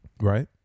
right